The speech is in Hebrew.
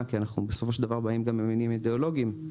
כי בסוף אנחנו באים גם ממניעים אידיאולוגיים,